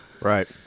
Right